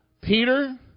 Peter